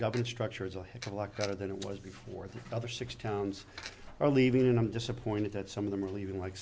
governance structure is a heck of a locker than it was before the other six towns are leaving and i'm disappointed that some of them are leaving like